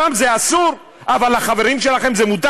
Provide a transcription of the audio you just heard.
שם זה אסור, אבל לחברים שלכם זה מותר?